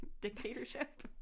dictatorship